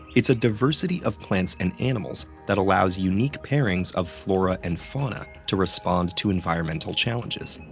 it's a diversity of plants and animals that allows unique pairings of flora and fauna to respond to environmental challenges,